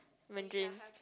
Mandarin